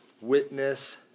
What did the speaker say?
Witness